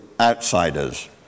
outsiders